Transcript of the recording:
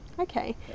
Okay